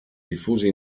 diffusi